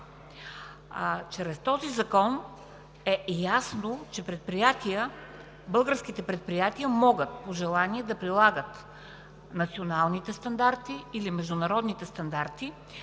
Чрез този закон е ясно, че българските предприятия могат по желание да прилагат националните стандарти или международните стандарти,